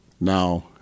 Now